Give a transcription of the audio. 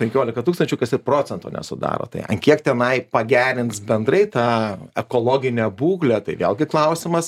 penkiolika tūkstančių kas ir procento nesudaro tai kiek tenai pagerins bendrai tą ekologinę būklę tai vėlgi klausimas